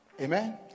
Amen